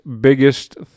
biggest